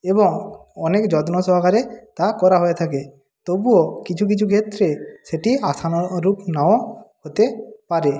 এবং অনেক যত্ন সহকারে তা করা হয়ে থাকে তবুও কিছু কিছু ক্ষেত্রে সেটি আশানুরূপ নাও হতে পারে